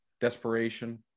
desperation